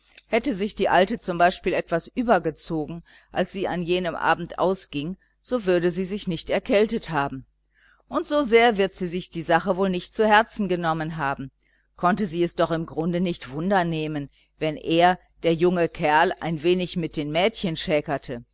hätte sich die alte zum beispiel etwas übergezogen als sie an jenem abend ausging so würde sie sich nicht erkältet haben und so sehr wird sie sich die sache wohl nicht zu herzen genommen haben konnte es sie doch im grunde nicht wundernehmen wenn er der junge kerl ein wenig mit den mädchen